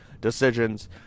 decisions